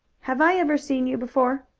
have i ever seen you before?